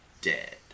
dead